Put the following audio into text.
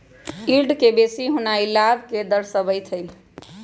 yield के बेशी होनाइ लाभ के दरश्बइत हइ